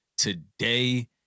today